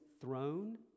throne